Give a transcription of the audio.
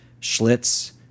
Schlitz